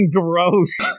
gross